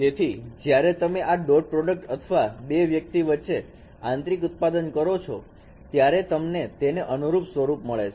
તેથી જ્યારે તમે આ dot product અથવા બે વ્યક્તિ વચ્ચે આંતરિક ઉત્પાદન કરો છો ત્યારે તમને તેને અનુરૂપ સ્વરૂપ મળે છે